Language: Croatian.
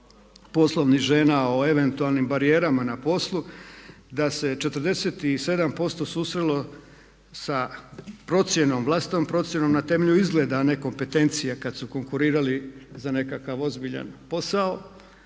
poslovnih žena o eventualnim barijerama na poslu da se 47% susrelo sa procjenom, vlastitom procjenom na temelju izgleda a ne kompetencije kad su konkurirali za nekakav ozbiljan posao,